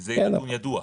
כי זה נתון ידוע,